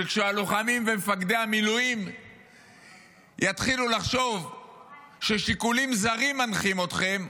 כשהלוחמים ומפקדי המילואים יתחילו לחשוב ששיקולים זרים מנחים אתכם,